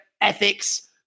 ethics